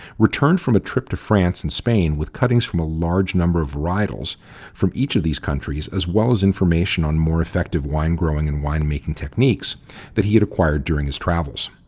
returned from a trip to france and spain with cuttings from a large number of varietals from each of these countries as well as with information on more effective wine growing and winemaking techniques that he had acquired during his travels.